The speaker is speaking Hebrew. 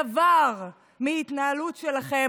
דבר מההתנהלות שלכם,